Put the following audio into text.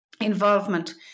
involvement